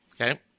okay